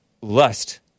lust